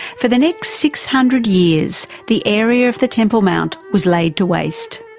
for the next six hundred years the area of the temple mount was laid to waste.